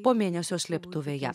po mėnesio slėptuvėje